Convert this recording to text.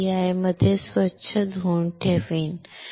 मध्ये स्वच्छ धुवा